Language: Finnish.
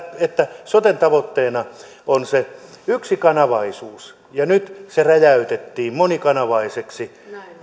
että soten tavoitteena on se yksikanavaisuus nyt se räjäytettiin monikanavaiseksi